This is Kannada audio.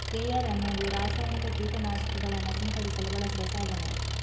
ಸ್ಪ್ರೇಯರ್ ಅನ್ನುದು ರಾಸಾಯನಿಕ ಕೀಟ ನಾಶಕಗಳನ್ನ ಸಿಂಪಡಿಸಲು ಬಳಸುವ ಸಾಧನ